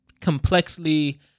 complexly